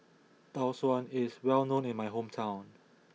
Tau Suan is well known in my hometown